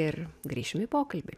ir grįšim į pokalbį